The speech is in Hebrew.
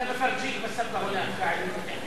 (אומר בשפה הערבית: אני אראה לך, אבל תמשיך לשבת.